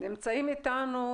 נמצא איתנו